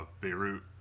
Beirut